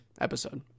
episode